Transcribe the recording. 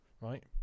right